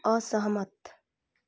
असहमत